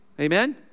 Amen